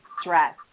stress